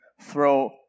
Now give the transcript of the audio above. throw